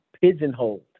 pigeonholed